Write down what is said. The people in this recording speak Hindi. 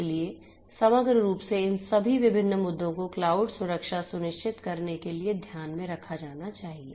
इसलिए समग्र रूप से इन सभी विभिन्न मुद्दों को क्लाउड सुरक्षा सुनिश्चित करने के लिए ध्यान में रखा जाना चाहिए